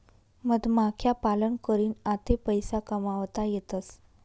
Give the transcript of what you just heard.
मधमाख्या पालन करीन आते पैसा कमावता येतसं